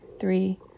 three